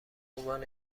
عنوان